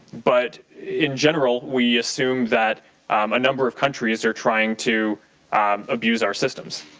but in general we assume that a number of countries are trying to abuse our systems.